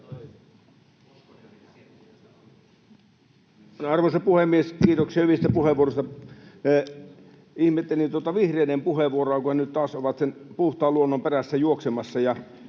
Arvoisa puhemies! Kiitoksia hyvistä puheenvuoroista. Ihmettelin tuota vihreiden puheenvuoroa, kun he nyt taas ovat sen puhtaan luonnon perässä juoksemassa